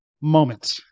moment